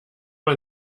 man